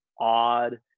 odd